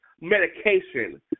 medication